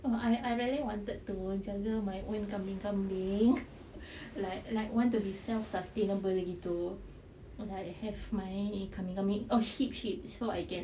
oh I I really wanted to jaga my own kambing-kambing like like want to be self-sustainable gitu like have my kambing-kambing oh sheep sheep so I can like err jual dia punya wool then um like kat new zealand then kat switzerland ke then like macam ada a small muslim community there so I boleh buatkan korban lah dekat their